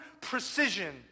precision